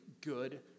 good